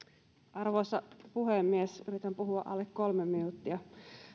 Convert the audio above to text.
arvoisa puhemies yritän puhua alle kolme minuuttia